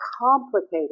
complicated